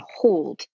hold